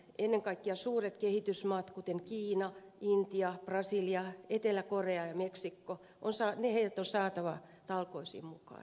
ennen kaikkea suuret kehitysmaat kuten kiina intia brasilia etelä korea ja meksiko on saatava talkoisiin mukaan